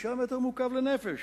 6 מטרים מעוקבים לנפש,